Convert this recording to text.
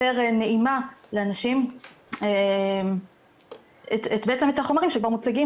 יותר נעימה לאנשים בעצם את החומרים שמוצגים